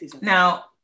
Now